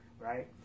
right